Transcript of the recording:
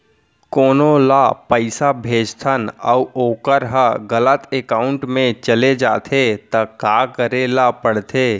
कोनो ला पइसा भेजथन अऊ वोकर ह गलत एकाउंट में चले जथे त का करे ला पड़थे?